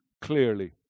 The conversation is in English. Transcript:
clearly